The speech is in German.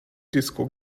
disco